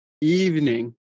evening